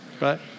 Right